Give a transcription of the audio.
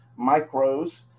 micros